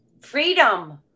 freedom